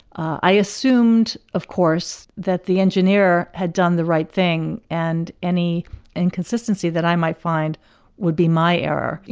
i assumed of course that the engineer had done the right thing and any inconsistency that i might find would be my error.